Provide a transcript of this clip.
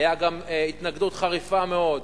היתה גם התנגדות חריפה מאוד,